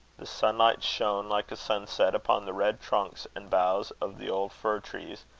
the sunlight shone like a sunset upon the red trunks and boughs of the old fir-trees,